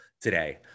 today